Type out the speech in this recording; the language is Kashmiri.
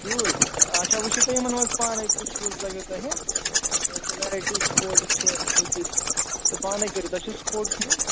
شوٗز اچھا وُچھِو تُہۍ یِمَن منٛز پانَے کُس شوٗز لَگیو تۄہہِ ویرایٹی سپوٹٕس چھِ ہُہ پانَے کٔرِو تۄہہِ چھُو سپوٹٕس نیُن